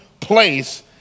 place